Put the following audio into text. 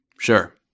Sure